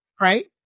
right